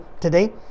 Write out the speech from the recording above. today